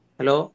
Hello